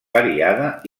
variada